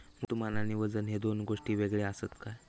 वस्तुमान आणि वजन हे दोन गोष्टी वेगळे आसत काय?